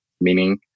meaning